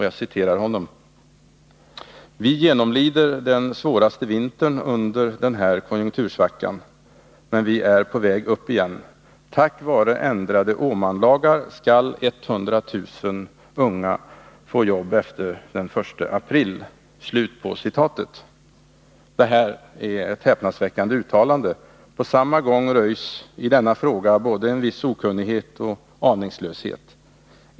Jag citerar honom: ”Vi genomlider den svåraste vintern under den här konjunktursvackan. Men vi är på väg upp igen. Tack vare ändrade Åmanlagar skall 100 000 unga få jobb efter 1 april.” Det är ett häpnadsväckande uttalande. På samma gång röjs i denna fråga både en viss okunnighet och aningslöshet.